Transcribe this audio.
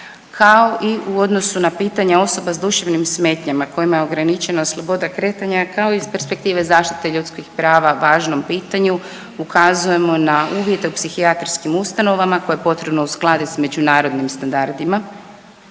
kao i u odnosu na pitanja osoba s duševnim smetnjama, kojima je ograničena sloboda kretanja, kao i iz perspektive zaštite ljudskih prava važnom pitanju ukazujemo na uvide u psihijatrijskim ustanovama koje je potrebno uskladiti s međunarodnim standardima.